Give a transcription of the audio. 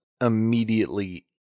immediately